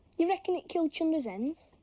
you reckon it killed chunder's hens?